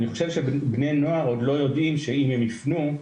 אני חושב שבני נוער עוד לא יודעים שאם הם ייפנו,